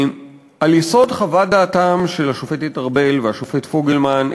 על יסוד חוות דעתם של השופטת ארבל והשופט פוגלמן,